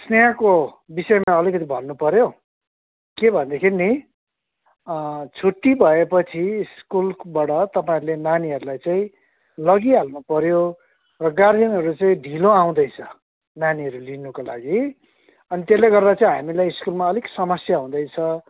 स्नेहको बविषयमा अलिकति भन्नु पऱ्यो के भनेदेखि नि छुट्टी भएपछि स्कुलबाट तपाईँहरूले नानीहरूलाई चाहिँ लगिहाल्नु पऱ्यो र गार्जेनहरू चाहिँ ढिलो आउँदैछ नानीहरू लिनुको लागि अनि त्यसले गर्दा चाहिँ हामीलाई स्कुलमा अलिक समस्या हुँदैछ